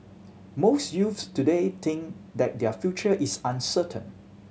most youths today think that their future is uncertain